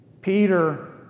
Peter